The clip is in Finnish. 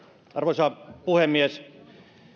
arvoisa puhemies